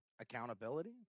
accountability